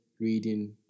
reading